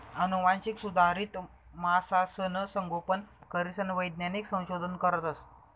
आनुवांशिक सुधारित मासासनं संगोपन करीसन वैज्ञानिक संशोधन करतस